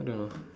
I don't know